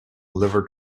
liver